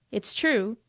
it's true.